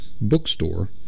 bookstore